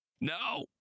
No